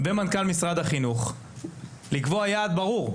ומנכ"ל משרד החינוך לקבוע יעד ברור.